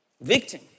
Victim